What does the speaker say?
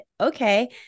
okay